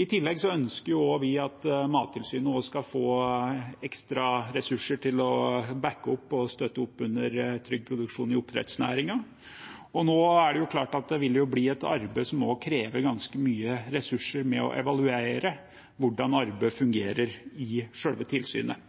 I tillegg ønsker vi at Mattilsynet skal få ekstra ressurser til å bakke opp og støtte opp under trygg produksjon i oppdrettsnæringen. Det er klart at det vil bli et arbeid som også krever ganske mye ressurser knyttet til å evaluere hvordan arbeidet fungerer i selve tilsynet.